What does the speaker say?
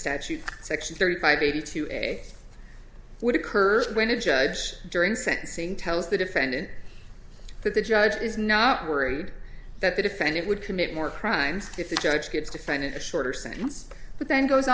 statute section thirty five eighty two a would occur when a judge during sentencing tells the defendant that the judge is not worried that the defendant would commit more crimes if the judge gets to find a shorter sentence but then goes